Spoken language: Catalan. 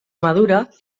madura